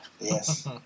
Yes